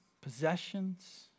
possessions